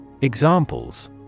Examples